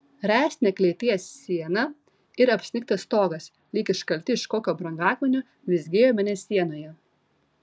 ręstinė klėties siena ir apsnigtas stogas lyg iškalti iš kokio brangakmenio blizgėjo mėnesienoje